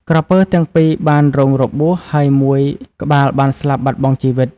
ក្រពើទាំងពីរបានរងរបួស ហើយមួយក្បាលបានស្លាប់បាត់បង់ជីវិត។